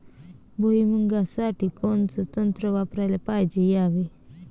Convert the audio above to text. भुइमुगा साठी कोनचं तंत्र वापराले पायजे यावे?